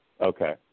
Okay